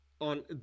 on